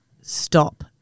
stop